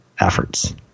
efforts